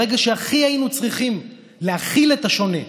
ברגע שהכי היינו צריכים להכיל את השונה,